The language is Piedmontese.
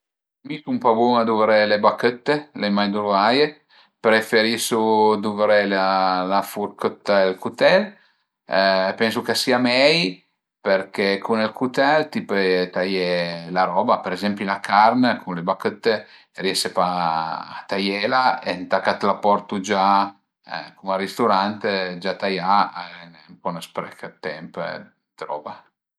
Mi sun pa bun a duvré le bachëtte, l'ai mai duvraie, preferisu duvré la la furchëtta e ël cutèl, pensu ch'a sia mei perché cun ël cutèl ti pöle taié la roba, per ezempi la carn, cun le bachtte riese pa a taiela, ëntà ch'a t'la portu gia cum al risturant gia taià, al e ün sprech dë temp e dë roba